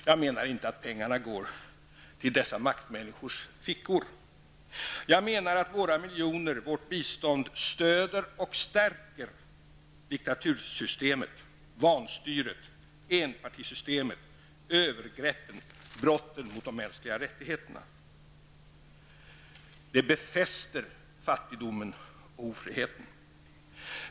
Jag menar inte att pengarna går direkt till dessa maktmänniskors fickor, utan att vårt bistånd stöder och stärker diktatursystem, vanstyren, enpartisystem, övergrepp och brott mot de mänskliga rättigheterna. Detta befäster fattigdomen och ofriheten.